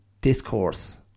discourse